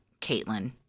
Caitlin